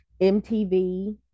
MTV